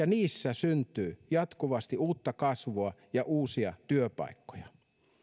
niissä syntyy jatkuvasti uutta kasvua ja uusia työpaikkoja